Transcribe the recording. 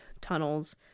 tunnels